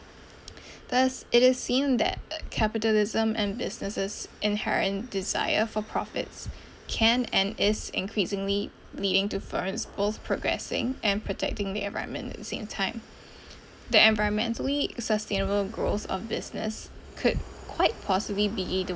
thus it is seen that capitalism and businesses inherent desire for profits can and is increasingly leading to for its both progressing and protecting the environment at the same time the environmentally sustainable growth of business could quite possibly be either